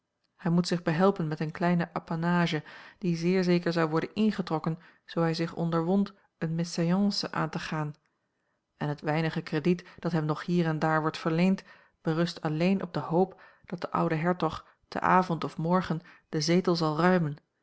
hij moet zich behelpen met een klein apanage die zeer zeker zou worden ingetrokken zoo hij zich onderwond eene mésalliance aan te gaan en het weinige krediet dat hem nog hier en daar wordt verleend berust alleen op de hoop dat de oude hertog te avond of morgen den zetel zal ruimen